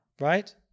Right